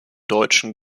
deutschen